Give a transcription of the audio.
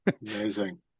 Amazing